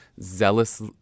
zealous